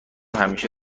همیشه